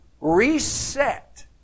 reset